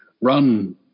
run